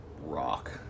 rock